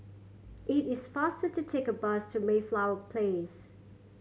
it is faster to take a bus to Mayflower Place